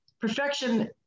perfection